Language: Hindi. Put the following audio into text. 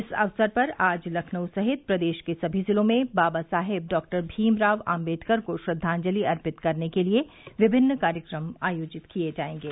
इस अवसर पर आज लखनऊ सहित प्रदेश के सभी जिलों में बाबा साहेब डॉक्टर भीमराव आम्बेडकर को श्रद्वाजंलि अर्पित करने के लिए विभिन्न कार्यक्रम आयोजित किए जायेंगे